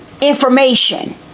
information